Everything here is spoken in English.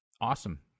awesome